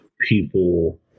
people